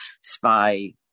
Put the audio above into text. spy